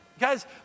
Guys